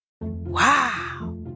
Wow